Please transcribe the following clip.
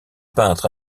peintre